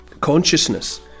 consciousness